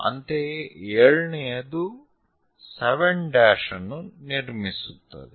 ಅಂತೆಯೇ 7 ನೇಯದು 7 ಅನ್ನು ನಿರ್ಮಿಸುತ್ತದೆ